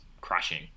crashing